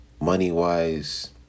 money-wise